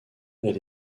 elle